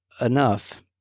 enough